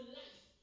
life